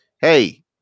Hey